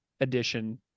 edition